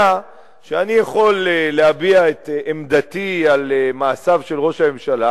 יודע שאני יכול להביע את עמדתי על מעשיו של ראש הממשלה.